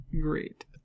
Great